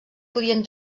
podien